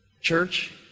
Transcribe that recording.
Church